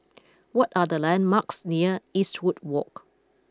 what are the landmarks near Eastwood Walk